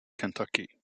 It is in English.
kentucky